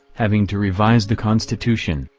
having to revise the constitution,